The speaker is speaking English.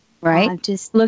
Right